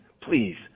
please